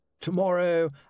Tomorrow